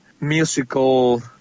musical